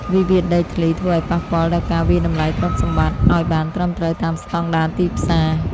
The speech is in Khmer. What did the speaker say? វិវាទដីធ្លីធ្វើឱ្យប៉ះពាល់ដល់ការវាយតម្លៃទ្រព្យសម្បត្តិ ឱ្យបានត្រឹមត្រូវតាមស្ដង់ដារទីផ្សារ។